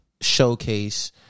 showcase